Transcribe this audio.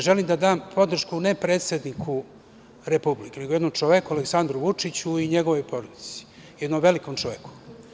Želim da dam podršku ne predsedniku Republike, nego jednom čoveku Aleksandru Vučiću i njegovoj porodici, jednom velikom čoveku.